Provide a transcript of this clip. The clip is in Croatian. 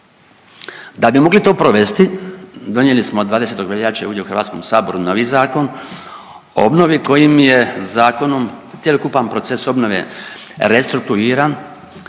Da bi mogli to provesti, donijeli smo 20. veljače ovdje u Hrvatskom saboru novi Zakon o obnovi kojim je zakonom cjelokupan proces obnove restrukturiran